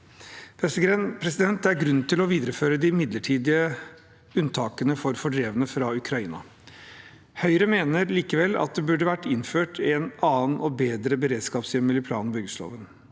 godt nok. Det er grunn til å videreføre de midlertidige unntakene for fordrevne fra Ukraina. Høyre mener likevel at det burde vært innført en annen og bedre beredskapshjemmel i plan- og bygningsloven.